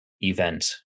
event